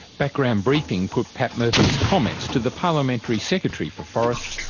background briefing put pat murphy's comments to the parliamentary secretary for forests,